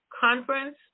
conference